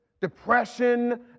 depression